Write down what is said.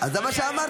אז זה מה שאמרתי.